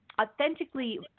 authentically